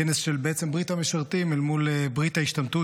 כנס של ברית המשרתים אל מול ברית ההשתמטות